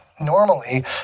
normally